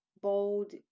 bold